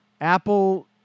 Apple